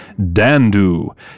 Dandu